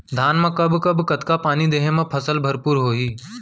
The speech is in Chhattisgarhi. धान मा कब कब कतका पानी देहे मा फसल भरपूर होही?